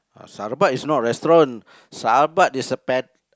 sarabat is not a restaurant sarabat is a ped~